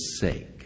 sake